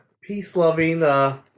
peace-loving